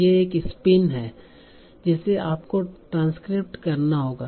यह एक स्पिन है जिसे आपको ट्रांसक्रिप्ट करना होगा